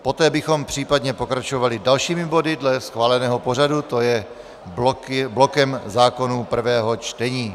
Poté bychom případně pokračovali dalšími body dle schváleného pořadu, to je blokem zákonů prvého čtení.